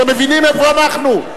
אתם מבינים איפה אנחנו?